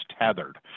tethered